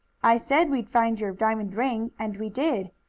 i said we'd find your diamond ring, and we did,